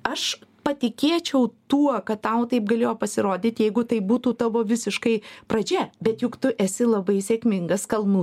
aš patikėčiau tuo kad tau taip galėjo pasirodyt jeigu tai būtų tavo visiškai pradžia bet juk tu esi labai sėkmingas kalnų